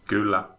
Kyllä